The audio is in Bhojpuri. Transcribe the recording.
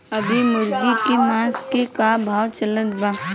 अभी मुर्गा के मांस के का भाव चलत बा?